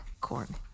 corn